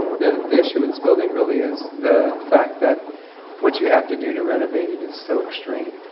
the, the issue with this building really is the fact that what you have to do to renovate it is so extreme.